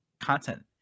content